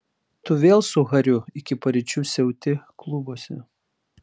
tu vėl su hariu iki paryčių siauti klubuose